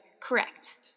Correct